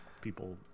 people